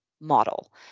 model